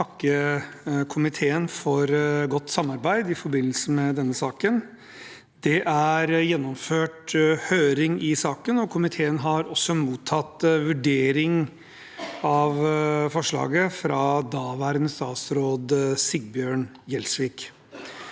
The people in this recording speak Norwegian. først takke komiteen for godt samarbeid i forbindelse med saken. Det er gjennomført høring i saken, og komiteen har også mottatt vurdering av forslaget fra daværende statsråd Sigbjørn Gjelsvik.